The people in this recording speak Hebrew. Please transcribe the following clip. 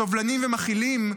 סובלניים ומכילים,